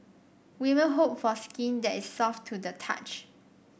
women hope for skin that is soft to the touch